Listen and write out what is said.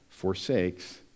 forsakes